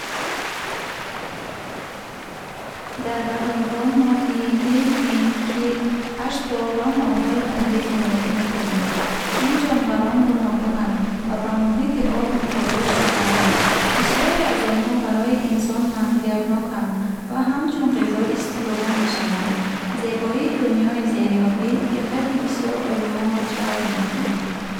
Дар баҳрҳо моҳӣ, делфин, кит, ҳаштпо ва морҳои баҳрӣ зиндагӣ мекунанд. Ин ҷонварон гуногунанд ва ба муҳити об мутобиқ шудаанд. Бисёре аз онҳо барои инсон манфиатноканд ва ҳамчун ғизо истифода мешаванд. Зебоии дунёи зериобӣ диққати бисёр олимонро ҷалб мекунад.